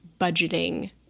budgeting